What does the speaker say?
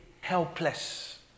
helpless